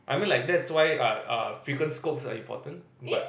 I mean like that's why like uh frequent scopes are important but